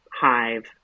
Hive